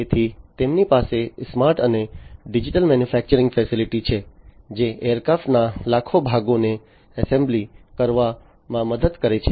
તેથી તેમની પાસે સ્માર્ટ અને ડિજિટલ મેન્યુફેક્ચરિંગ ફેસિલિટી છે જે એરક્રાફ્ટના લાખો ભાગોને એસેમ્બલી કરવામાં મદદ કરે છે